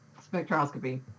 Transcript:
spectroscopy